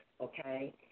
okay